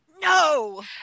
No